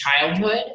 childhood